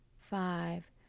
five